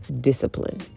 discipline